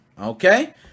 okay